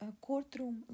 courtroom